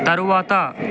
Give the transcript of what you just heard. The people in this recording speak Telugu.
తరువాత